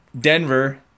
Denver